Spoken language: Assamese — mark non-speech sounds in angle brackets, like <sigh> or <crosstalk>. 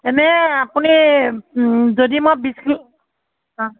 এনেই আপুনি যদি মই বিশ <unintelligible>